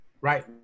Right